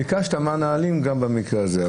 ביקשת מה הנהלים גם במקרה הזה.